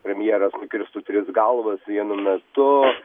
premjeras nukirstų tris galvas vienu metu